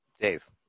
Dave